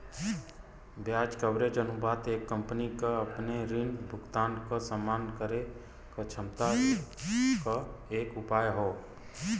ब्याज कवरेज अनुपात एक कंपनी क अपने ऋण भुगतान क सम्मान करे क क्षमता क एक उपाय हौ